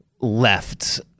left